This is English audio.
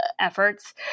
efforts